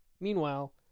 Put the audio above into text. Meanwhile